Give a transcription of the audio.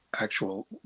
actual